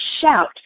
Shout